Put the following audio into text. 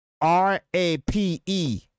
R-A-P-E